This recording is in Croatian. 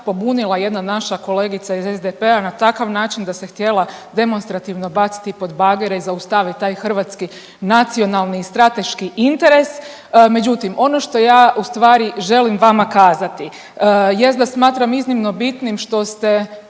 pobunila jedna naša kolegica iz SDP-a na takav način da se htjela demonstrativno baciti pod bagere i zaustaviti taj hrvatski nacionalni i strateški interes. Međutim, ono što ja u stvari želim vama kazati, jest da smatram iznimno bitnim što ste